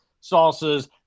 sauces